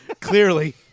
Clearly